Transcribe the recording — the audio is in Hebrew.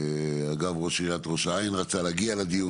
אגב ראש עיריית ראש העין רצה להגיע לדיון,